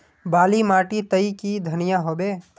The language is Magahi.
बाली माटी तई की धनिया होबे?